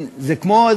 זה כמו,